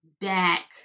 back